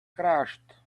crashed